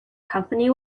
company